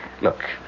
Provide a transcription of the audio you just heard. Look